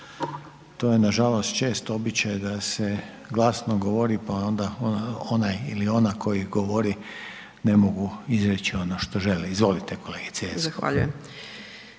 To je nažalost često običaj da se glasno govori pa onda onaj ili ona koji govori ne mogu izreći ono što žele. Izvolite kolegice